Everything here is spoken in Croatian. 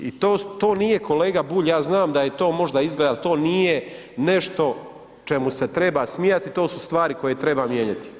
I to nije kolega Bulj, ja znam da je to možda izdaja, ali to nije nešto čemu se treba smijati, to su stvari koje treba mijenjati.